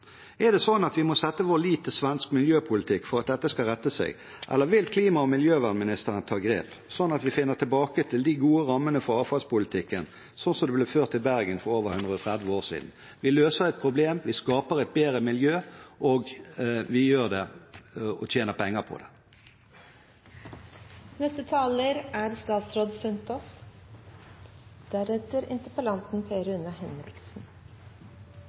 Er det slik at vi må sette vår lit til svensk miljøpolitikk for at dette skal rette seg, eller vil klima- og miljøvernministeren ta grep, slik at vi finner tilbake til de gode rammene for avfallspolitikken slik den ble ført i Bergen for over 130 år siden. Vi løser et problem, vi skaper et bedre miljø – vi gjør det – og vi tjener penger på